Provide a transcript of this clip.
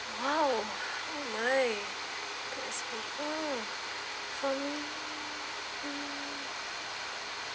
!wow! oh my goodness me oh for me